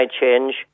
change